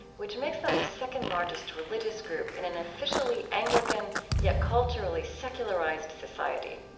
which makes them the second largest religious group in an officially anglican yet culturally secularized society.